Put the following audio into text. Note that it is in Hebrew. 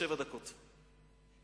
שבע דקות בשבוע.